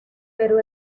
pero